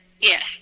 yes